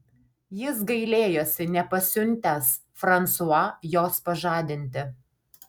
jis gailėjosi nepasiuntęs fransua jos pažadinti